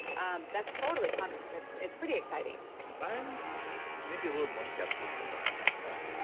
um that's totally coming and it's it's pretty exciting i'm maybe a little more skeptical than you are on that front.